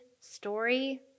story